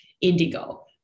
Indigo